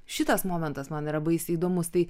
šitas momentas man yra baisiai įdomus tai